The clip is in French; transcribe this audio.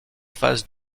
face